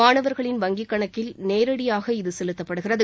மாணவர்களின் வங்கி கணக்கில் நேரடியாக இது செலுத்தப்படுகிறது